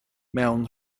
mewn